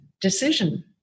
decision